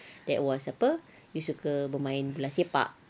that was apa you suka bermain bola sepak